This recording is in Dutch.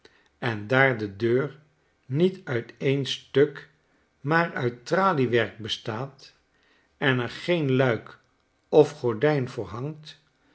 en daar de deur niet uit n stuk maar uit traliewerk bestaat en er geen luik of gordijn voor hangt